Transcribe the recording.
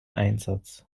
einsatz